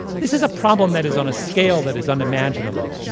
this is a problem that is on a scale that is unimaginable.